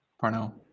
Parnell